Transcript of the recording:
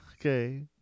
Okay